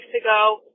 ago